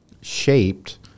shaped